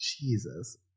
Jesus